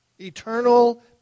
eternal